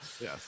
Yes